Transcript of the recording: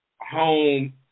home